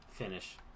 finish